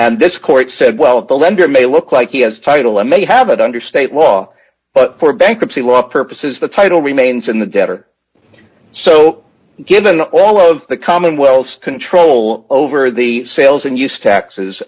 and this court said well the lender may look like he has title and may have it under state law but for bankruptcy law purposes the title remains in the debtor so given all of the commonwealth control over the sales and used taxes